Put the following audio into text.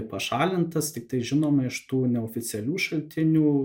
pašalintas tiktai žinoma iš tų neoficialių šaltinių